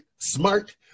Smart